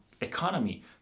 economy